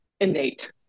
innate